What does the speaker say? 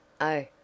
Oh